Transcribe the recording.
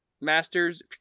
Masters